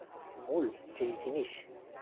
ᱩᱞ ᱡᱮ ᱡᱤᱱᱤᱥ